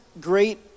great